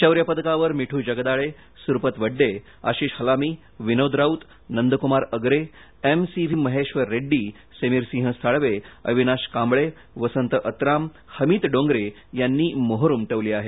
शौर्य पदकावर मिठू जगदाळे सुरपत वड्डे आशिष हलामीविनोद राऊत नंदकुमार अग्रे एमसीव्ही महेबर रेड्डी समीरसिंह साळवे अविनाश कांबळे वसंत अत्राम हमीत डोंगरे यांनी मोहोर उमटवली आहे